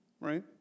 Right